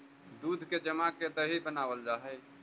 दूध के जमा के दही बनाबल जा हई